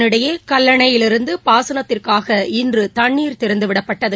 இதனிடையே கல்லணையிலிருந்து பாசனத்திற்காக இன்று தண்ணீர் திறந்துவிடப்பட்டது